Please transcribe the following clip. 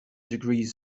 degrees